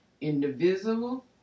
indivisible